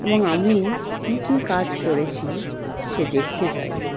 এবং আমি কী কী কাজ করেছি সে দেখতে চাইল